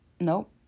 nope